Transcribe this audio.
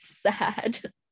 sad